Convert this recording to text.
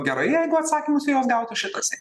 gerai jeigu atsakymus į juos gautų šitas